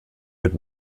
wird